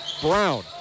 Brown